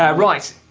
ah right,